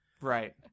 right